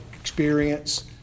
experience